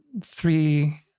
three